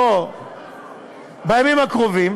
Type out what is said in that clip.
בימים הקרובים